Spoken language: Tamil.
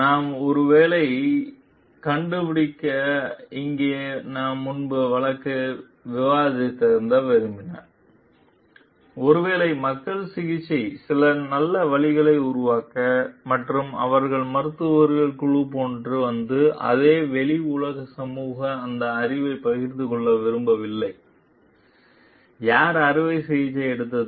எனவேநாம் ஒருவேளை போன்ற கண்டுபிடிக்க எங்கே நாம் முன்பு வழக்கு விவாதித்தார் விரும்பினால் ஒருவேளை மக்கள் சிகிச்சை சில நல்ல வழிகளை உருவாக்க மற்றும் அவர்கள் மருத்துவர்கள் குழு போன்ற வந்து அதே வெளி உலக சமூகம் அந்த அறிவு பகிர்ந்து கொள்ள விரும்பவில்லை யார் அறுவை சிகிச்சை எடுத்து